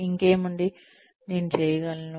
ఇంకేముంది నేను చేయగలను